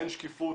אין שקיפות,